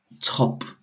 top